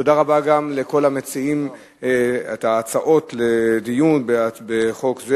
תודה רבה גם לכל המציעים את ההצעות לדיון בחוק זה